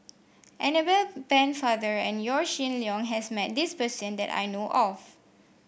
Annabel Pennefather and Yaw Shin Leong has met this person that I know of